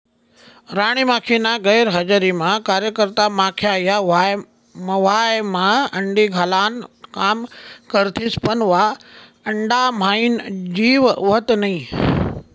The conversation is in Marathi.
राणी माखीना गैरहजरीमा कार्यकर्ता माख्या या मव्हायमा अंडी घालान काम करथिस पन वा अंडाम्हाईन जीव व्हत नै